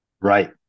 Right